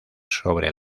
sobre